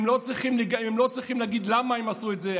הם לא צריכים להגיד למה הם עשו את זה,